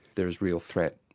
there is real threat.